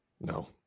no